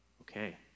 okay